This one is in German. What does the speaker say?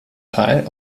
teil